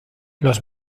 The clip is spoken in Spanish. los